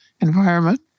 environment